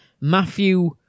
Matthew